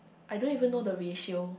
I don't even know the ratio